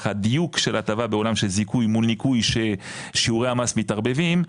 ככה הדיוק של הטבה בעולם של זיכוי מול ניקוי ששיעורי המס מתערבבים,